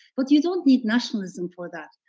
but you don't need nationalism for that.